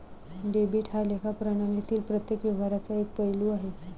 debit हा लेखा प्रणालीतील प्रत्येक व्यवहाराचा एक पैलू आहे